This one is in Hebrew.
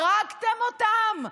הרגתם אותם.